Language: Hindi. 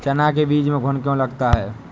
चना के बीज में घुन क्यो लगता है?